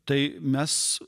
tai mes